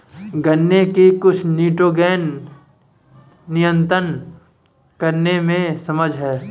गन्ने की कुछ निटोगेन नियतन करने में सक्षम है